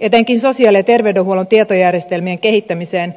etenkin sosiaali ja terveydenhuollon tietojärjestelmien kehittämiseen